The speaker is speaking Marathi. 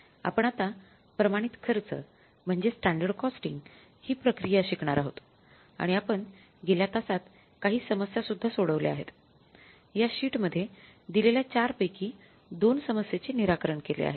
आपण आता प्रमाणित खर्च हि प्रक्रिया शिकणार आहोत आणि आपण गेल्या तासात काही समस्या सुद्धा सोडवल्या आहेत या शीटमध्ये दिलेल्या चार पैकी दोन समस्येचे निराकरण केले आहे